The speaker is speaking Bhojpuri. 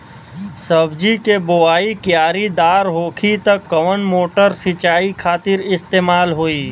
सब्जी के बोवाई क्यारी दार होखि त कवन मोटर सिंचाई खातिर इस्तेमाल होई?